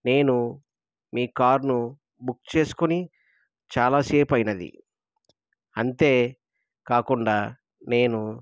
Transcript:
నేను మీ కారును బుక్ చేసుకుని చాలాసేపు అయినది అంతే కాకుండా నేను